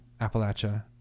Appalachia